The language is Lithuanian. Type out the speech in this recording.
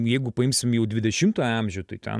jeigu paimsim jau dvidešimto amžių tai ten